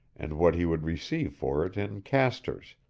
and what he would receive for it in castors,